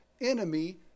enemy